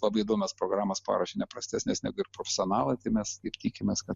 labai įdomias programas paruošė ne prastesnes negu ir profesionalai tai mes taip tikimės kad